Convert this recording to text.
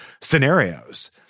scenarios